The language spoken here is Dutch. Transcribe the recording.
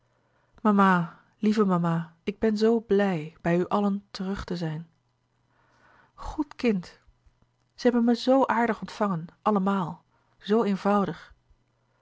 mama lieve mama ik ben zoo blij bij u allen terug te zijn goed kind ze hebben me zoo aardig ontvangen allemaal zoo eenvoudig